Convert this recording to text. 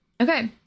Okay